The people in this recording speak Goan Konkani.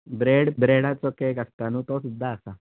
ब्रेड ब्रेडाचो केक आसता न्हय तो सुद्दां आसा